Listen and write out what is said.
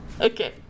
okay